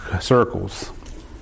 circles